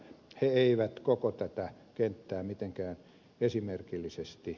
he eivät koko tätä kenttää mitenkään esimerkillisesti